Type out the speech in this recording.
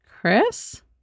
Chris